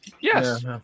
Yes